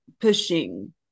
pushing